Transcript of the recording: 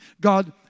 God